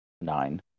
nine